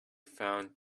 found